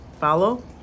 follow